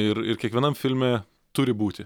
ir ir kiekvienam filme turi būti